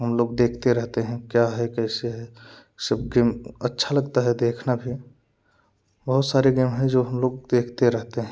हम लोग देखते रहते हैं क्या है कैसे है सब गेम अच्छा लगता है देखना भी बहुत सारे गेम है जो हम लोग देखते रहते हैं